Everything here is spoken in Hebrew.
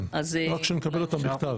כן, רק שנקבל אותם בכתב.